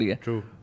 True